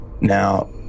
Now